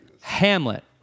Hamlet